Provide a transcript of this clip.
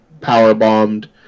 power-bombed